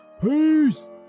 peace